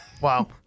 Wow